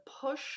push